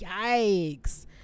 yikes